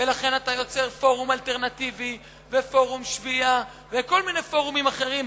ולכן אתה יוצר פורום אלטרנטיבי ופורום שביעייה וכל מיני פורומים אחרים,